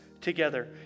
together